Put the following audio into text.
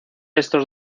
estos